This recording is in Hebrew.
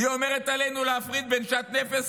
היא אומרת: עלינו להפריד בין שאט נפש,